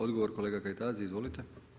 Odgovor kolega Kajtazi, izvolite.